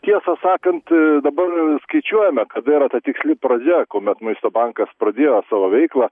tiesą sakant dabar skaičiuojame kada yra ta tiksli pradžia kuomet maisto bankas pradėjo savo veiklą